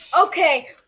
Okay